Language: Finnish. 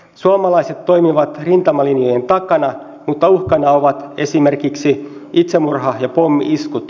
suomalaiset toimivat rintamalinjojen takana mutta uhkana ovat esimerkiksi itsemurha ja pommi iskut